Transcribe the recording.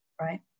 Right